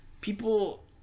people